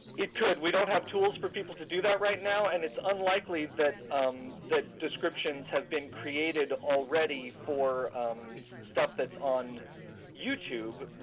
it could. we don't have tools for people to do that right now and it's unlikely that um that descriptions have been created already for um stuff that is on youtube.